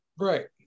Right